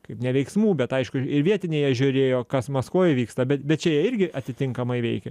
kaip ne veiksmų bet aišku ir ir vietiniai jie žiūrėjo kas maskvoj vyksta bet bet čia jie irgi atitinkamai veikė